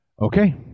Okay